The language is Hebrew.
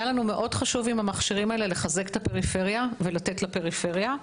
היה לנו חשוב מאוד עם המכשירים האלה לחזק את הפריפריה ולתת לפריפריה.